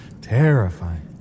Terrifying